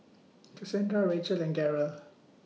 Casandra Rachel and Garold